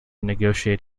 negotiate